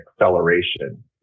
acceleration